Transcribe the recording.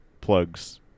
plugs